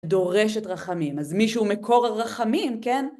דורשת רחמים, אז מי שהוא מקור הרחמים, כן?